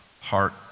heart